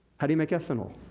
how do you make ethanol?